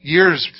Years